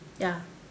ya